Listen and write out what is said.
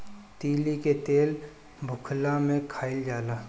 तीली के तेल भुखला में खाइल जाला